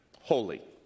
holy